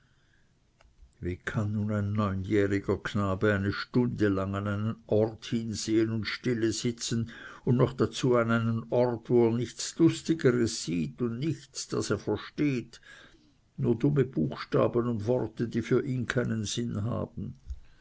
wie kann nun ein neunjähriger knabe eine stunde lang an einen ort hinsehen und stille sitzen und noch dazu an einem ort wo er nichts lustiges sieht und nichts das er versteht nur dumme buchstaben und worte die für ihn keinen sinn haben